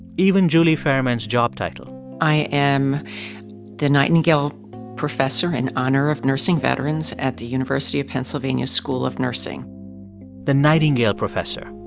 even julie fairman's job title i am the nightingale professor in honor of nursing veterans at the university of pennsylvania school of nursing the nightingale professor